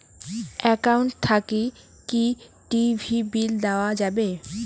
Account থাকি কি TV bill দেওয়া যাবে?